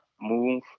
move